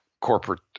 corporate